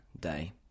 day